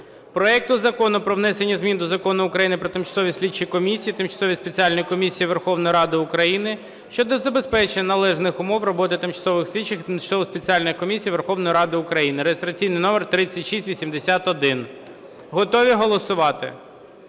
проекту Закону про внесення змін до Закону України "Про тимчасові слідчі комісії і тимчасові спеціальні комісії Верховної Ради України" щодо забезпечення належних умов роботи тимчасових слідчих і тимчасових спеціальних комісій Верховної Ради України (реєстраційний номер 3681). Готові голосувати?